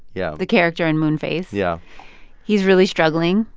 yeah. the character in moonface. yeah he's really struggling.